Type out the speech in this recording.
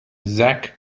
zach